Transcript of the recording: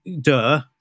duh